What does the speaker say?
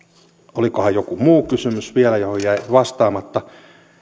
olikohan vielä joku muu kysymys johon jäi vastaamatta